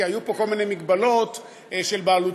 כי היו פה כל מיני מגבלות של בעלות